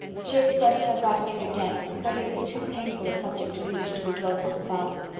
she expressed her gratitude again, but it was too painful a subject to each, to be dwelt on farther.